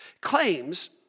claims